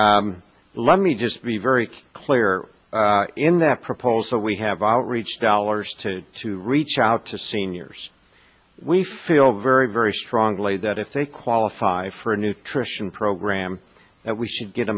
let me just be very clear in that proposal we have outreach dollars to to reach out to seniors we feel very very strongly that if they qualify for a nutrition program that we should get